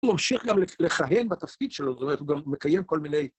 הוא ממשיך גם לכהן בתפקיד שלו, זאת אומרת, הוא גם מקיים כל מיני...